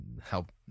help